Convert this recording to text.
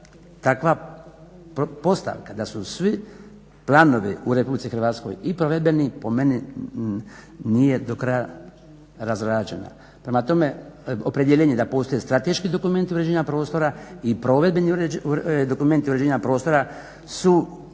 takva postavka, da su svi planovi u RH i provedbeni po meni nije do kraja razrađena, prema tome opredijeljeni da postoje strateški dokumenti uređenja prostora i provedbeni dokumenti uređenja prostora su